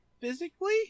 Physically